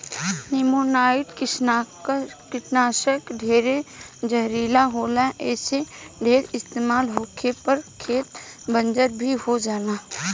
नेमानाइट कीटनाशक ढेरे जहरीला होला ऐसे ढेर इस्तमाल होखे पर खेत बंजर भी हो जाला